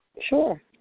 Sure